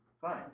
Fine